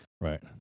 Right